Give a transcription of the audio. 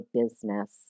business